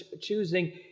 choosing